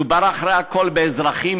מדובר, אחרי הכול, באזרחים